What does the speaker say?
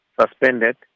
suspended